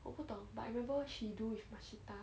我不懂 but I remember she do with mashita